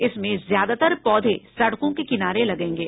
इसमें ज्यादातर पौधे सडकों के किनारे लगेंगे